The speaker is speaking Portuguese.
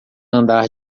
andar